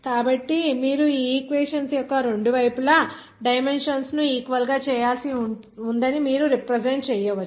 కాబట్టి మీరు ఈ ఈక్వేషన్ యొక్క రెండు వైపులా డైమెన్షన్స్ కు ఈక్వల్ గా చేయాల్సి ఉందని మీరు రిప్రజెంట్ చేయవచ్చు